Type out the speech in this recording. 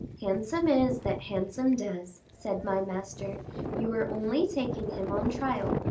handsome is that handsome does said my master you are only taking him on trial,